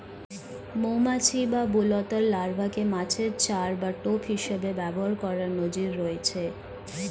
মৌমাছি বা বোলতার লার্ভাকে মাছের চার বা টোপ হিসেবে ব্যবহার করার নজির রয়েছে